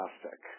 plastic